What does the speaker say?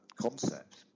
concept